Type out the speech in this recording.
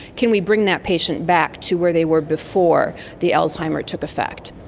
can we bring that patient back to where they were before the alzheimer's took effect?